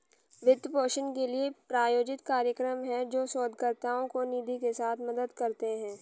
वित्त पोषण के लिए, प्रायोजित कार्यक्रम हैं, जो शोधकर्ताओं को निधि के साथ मदद करते हैं